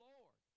Lord